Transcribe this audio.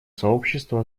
сообщества